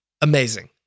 amazing